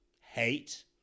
Hate